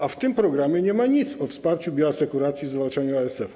A w tym programie nie ma nic o wsparciu bioasekuracji, zwalczaniu ASF-u.